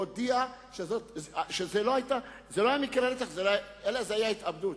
הודיעה שזה לא היה מקרה רצח אלא שזה היה התאבדות.